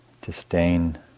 disdain